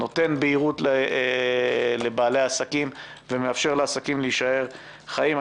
נותן בהירות לבעלי עסקים ומאפשר לעסקים להישאר חיים.